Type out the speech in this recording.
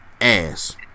ass